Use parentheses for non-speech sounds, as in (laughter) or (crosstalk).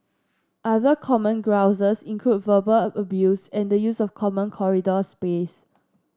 other common grouses include verbal (unintelligible) abuse and the use of common corridor space